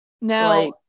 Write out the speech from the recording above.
now